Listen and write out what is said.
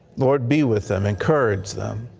lord, be with them. encourage them.